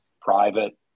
private